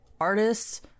artists